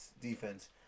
defense